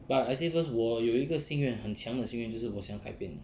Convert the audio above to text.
but I say first 我有个心愿很强的心愿我想要改变你